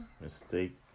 Mistake